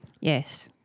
Yes